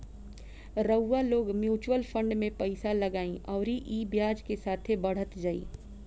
रउआ लोग mutual fund मे पइसा लगाई अउरी ई ब्याज के साथे बढ़त जाई